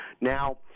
Now